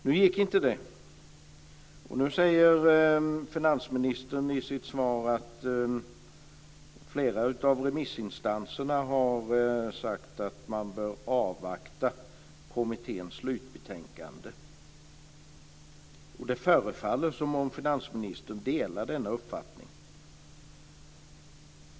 Nu lyckades inte detta, och nu säger finansministern i sitt svar att flera av remissinstanserna har sagt att man bör avvakta kommitténs slutbetänkande. Det förefaller som om finansministern delar denna uppfattning.